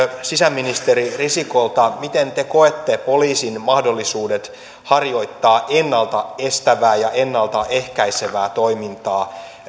sisäministeri risikolta miten te koette poliisin mahdollisuudet harjoittaa ennalta estävää ja ennalta ehkäisevää toimintaa